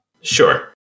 Sure